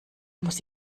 muss